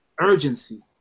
urgency